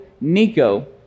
Nico